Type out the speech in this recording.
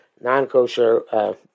non-kosher